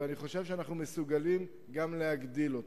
ואני חושב שאנחנו מסוגלים גם להגדיל אותה.